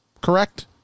correct